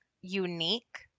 unique